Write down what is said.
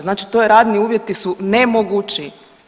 Znači to je radni uvjeti su nemogući.